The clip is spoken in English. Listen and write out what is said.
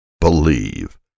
Believe